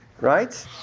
Right